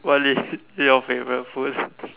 what is your favourite food